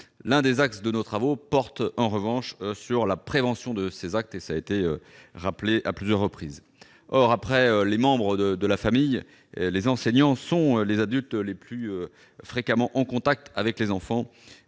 L'un des axes de nos travaux porte en revanche sur la prévention de ces actes. Or, après les membres de la famille, les enseignants sont les adultes les plus fréquemment en contact avec les enfants